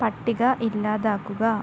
പട്ടിക ഇല്ലാതാക്കുക